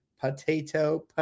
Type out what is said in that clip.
Potato